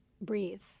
breathe